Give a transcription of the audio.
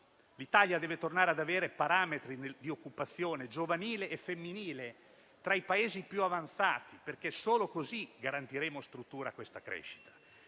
L'Italia deve tornare ad avere parametri di occupazione giovanile e femminile tra i Paesi più avanzati, perché solo così garantiremo strutture a questa crescita.